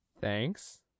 thanks